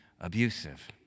abusive